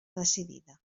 decidida